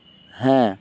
হ্যাঁ